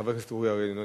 חבר הכנסת אורי אריאל, לא